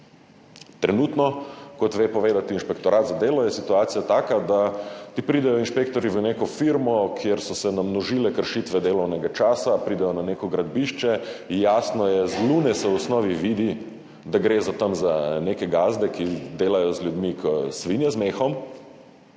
Trenutno, kot ve povedati Inšpektorat za delo, je situacija taka, da pridejo ti inšpektorji v neko firmo, kjer so se namnožile kršitve delovnega časa, pridejo na neko gradbišče, jasno je, z Lune se v osnovi vidi, da gre tam za neke gazde, ki delajo z ljudmi kot svinja z mehom,